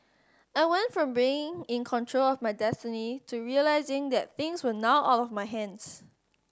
I went from being in control of my destiny to realising that things were now out of my hands